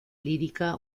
lírica